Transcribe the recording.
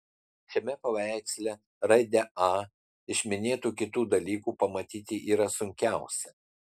šiame paveiksle raidę a iš minėtų kitų dalykų pamatyti yra sunkiausia